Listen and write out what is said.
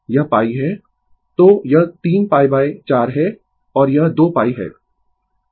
तो यह 3 π 4 है और यह 2π है